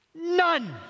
none